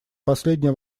последняя